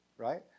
Right